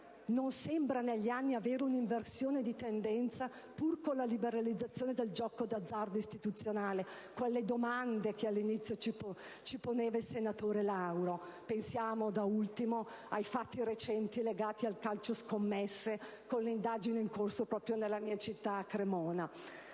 non sembra negli anni avere un'inversione di tendenza, pur con la liberalizzazione del gioco d'azzardo istituzionale, con le domande che all'inizio ci poneva il senatore Lauro. Pensiamo da ultimo ai fatti recenti legati al calcio-scommesse con le indagini in corso proprio nella mia città, a Cremona.